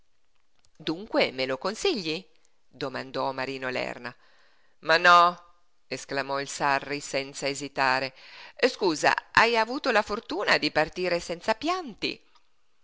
dunque me lo consigli domandò marino lerna ma no esclamò il sarri senza esitare scusa hai avuto la fortuna di partire senza pianti